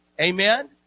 Amen